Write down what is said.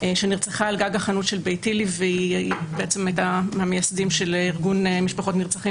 שנרצחה על גג החנות של ביתילי והייתה מהמייסדים של ארגון משפחות נרצחים